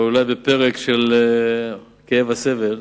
אבל אולי בפרק של כאב וסבל,